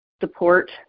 support